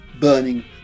burning